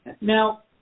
Now